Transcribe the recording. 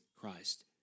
Christ